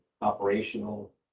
operational